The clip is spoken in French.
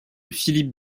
philippe